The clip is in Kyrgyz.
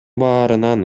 баарынан